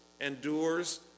endures